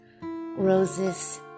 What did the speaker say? Roses